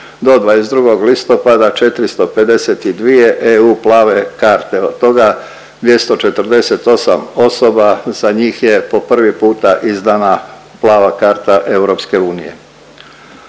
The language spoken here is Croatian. do 22. listopada 452. EU plave karte, od toga 248 osoba za njih je po prvi puta izdana plava karta EU.